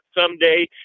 someday